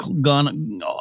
gone